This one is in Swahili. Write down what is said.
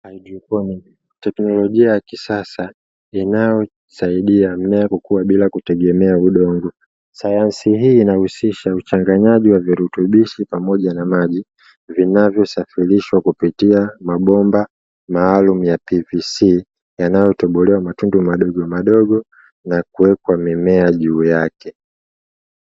Haidroponi teknolojia ya kisasa inayosaidia mmea kukua bila kutegemea udongo, sayansi hii inahusisha uchanganyaji wa virutubisho pamoja na maji vinavyo safirishwa kupitia mabomba maalumu ya "PVC" yanayotobolewa matundu madogo madogo na kuwekwa mimea juu yake.